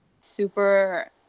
super